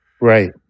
Right